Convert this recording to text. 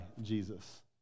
Jesus